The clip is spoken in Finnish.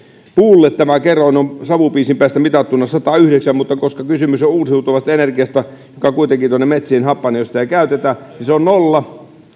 puulle tämä kerroin on savupiisin päästä mitattuna satayhdeksän mutta koska kysymys on uusiutuvasta energiasta joka kuitenkin tuonne metsiin happanee jos sitä ei käytetä niin se on nolla